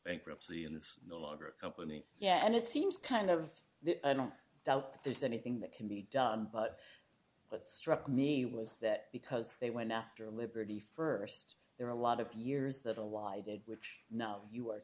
bankruptcy in this no longer a company yeah and it seems tend of i don't doubt that there's anything that can be done but what struck me was that because they went after liberty st there are a lot of years that a lie which now you are